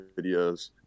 videos